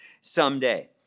someday